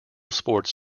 sports